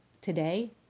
today